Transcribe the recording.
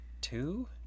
two